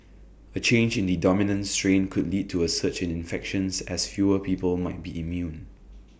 A change in the dominant strain could lead to A surge in infections as fewer people might be immune